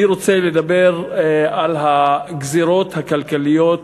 אני רוצה לדבר על הגזירות הכלכליות שנקראו,